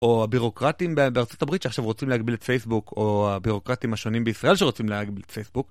או הבירוקרטים בארצות הברית שעכשיו רוצים להגביל את פייסבוק, או הבירוקרטים השונים בישראל שרוצים להגביל את פייסבוק.